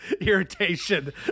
irritation